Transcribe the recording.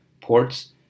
ports